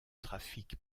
trafic